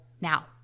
now